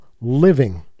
living